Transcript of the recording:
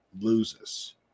loses